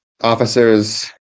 officers